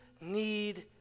need